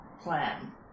plan